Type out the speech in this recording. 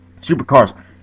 Supercars